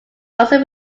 also